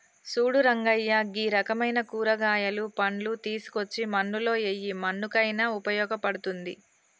సూడు రంగయ్య గీ రకమైన కూరగాయలు, పండ్లు తీసుకోచ్చి మన్నులో ఎయ్యి మన్నుకయిన ఉపయోగ పడుతుంది